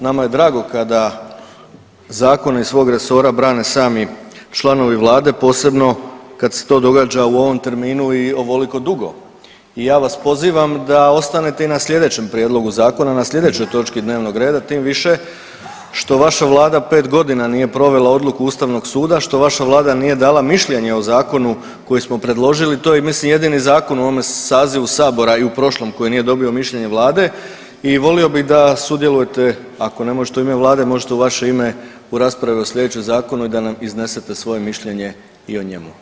Nama je drago kada zakone iz svog resora brane sami članovi Vlade, posebno kad se to događa u ovom terminu i ovoliko dugo i ja vas pozivam da ostanete i na sljedećem prijedlogu zakona, na sljedećoj točki dnevnog reda, tim više što vaša Vlada 5 godina nije provela odluku Ustavnog suda, što vaša Vlada nije dala mišljenje o zakonu koji smo predložili, to je mislim, jedini zakon u ovome sazivu Sabora i u prošlom koji nije dobio mišljenje Vlade i volio bih da sudjelujete, ako ne možete u ime Vlade, možete u vaše ime u raspravi o sljedećem zakonu i da nam iznesete svoje mišljenje i o njemu.